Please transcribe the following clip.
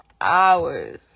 hours